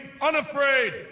unafraid